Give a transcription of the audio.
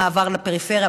המעבר לפריפריה,